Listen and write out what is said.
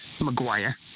Maguire